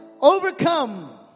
overcome